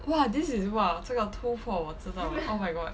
!wah! this is !wah! 这个突破我知道 oh my god